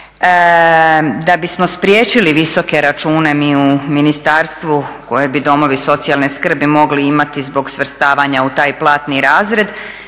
Da bismo spriječili visoke račune mi u ministarstvu koje bi domovi socijalne skrbi mogli imati zbog svrstavanja u taj platni razvoj